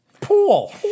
Pool